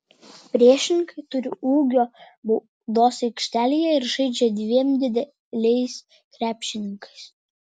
priešininkai turi ūgio baudos aikštelėje ir žaidžia dviem dideliais krepšininkais